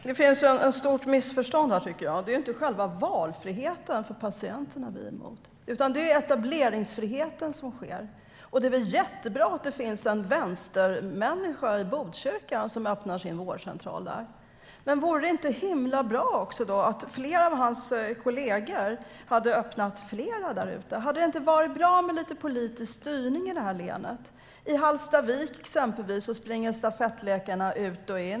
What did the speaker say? Herr talman! Det finns ett stort missförstånd här, tycker jag. Det är inte själva valfriheten för patienterna som vi är emot, utan det är den etableringsfrihet som finns. Det är väl jättebra att det finns en vänstermänniska i Botkyrka som öppnar sin vårdcentral där. Men vore det då inte himla bra att fler av hans kollegor öppnade fler där ute? Hade det inte varit bra med lite politisk styrning i det här länet? I Hallstavik, exempelvis, springer stafettläkarna ut och in.